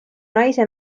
naise